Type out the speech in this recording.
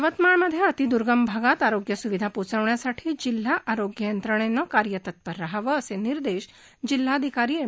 यवतमाळमध्ये अतिद्र्गम भागात आरोग्य सुविधा पोहोचवण्यासाठी जिल्हा आरोग्य यंत्रणेनं कार्यतत्पर राहावं असे निर्देश जिल्हाधिकारी एम